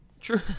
true